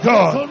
God